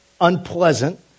unpleasant